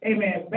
Amen